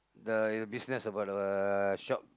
the business about the shop